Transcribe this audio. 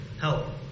help